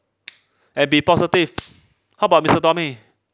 and be positive how about mister tommy